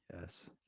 Yes